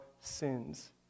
sins